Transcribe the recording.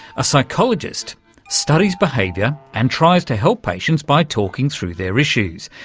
a psychologist studies behaviour and tries to help patients by talking through their issues,